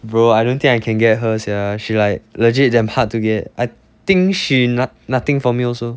bro I don't think I can get her sian she like legit damn hard to get I think she not~ nothing for me also